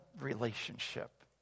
relationship